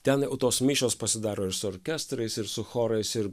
ten tos mišios pasidaro ir su orkestrais ir chorais ir